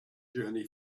journey